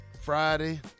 Friday